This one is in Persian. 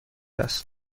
است